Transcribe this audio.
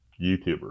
YouTuber